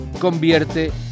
convierte